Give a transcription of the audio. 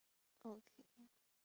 okay